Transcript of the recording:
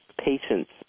patients